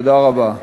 תודה רבה.